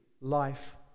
life